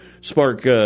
spark